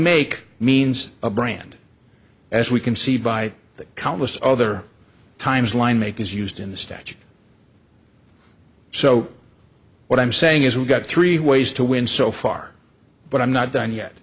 make means a brand as we can see by the countless other times line make is used in the statute so what i'm saying is we've got three ways to win so far but i'm not done yet